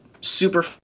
super